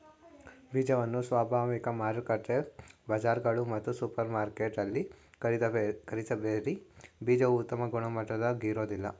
ಬೀಜವನ್ನು ಸ್ವಾಭಾವಿಕ ಮಾರುಕಟ್ಟೆ ಬಜಾರ್ಗಳು ಮತ್ತು ಸೂಪರ್ಮಾರ್ಕೆಟಲ್ಲಿ ಖರೀದಿಸಬೇಡಿ ಬೀಜವು ಉತ್ತಮ ಗುಣಮಟ್ಟದಾಗಿರೋದಿಲ್ಲ